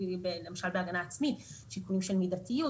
למשל בהגנה עצמית, שיקולים של מידתיות.